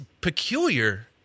peculiar